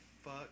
Fuck